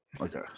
Okay